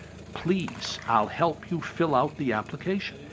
please, i'll help you fill out the application.